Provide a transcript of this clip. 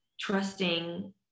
trusting